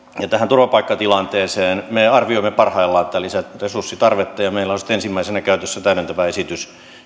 ja tähän turvapaikkatilanteeseen me arvioimme parhaillaan tätä lisäresurssitarvetta ja meillä on sitten ensimmäisenä käytössä täydentävä esitys